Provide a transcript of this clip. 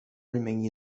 remained